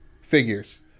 figures